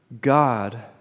God